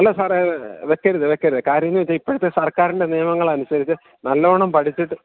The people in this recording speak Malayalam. അല്ല സാറെ വയ്ക്കരുത് വയ്ക്കരുത് കാര്യമെന്നുവച്ചാല് ഇപ്പോഴത്തെ സർക്കാരിൻ്റെ നിയമങ്ങളനുസരിച്ച് നല്ലവണ്ണം പഠിച്ചിട്ട്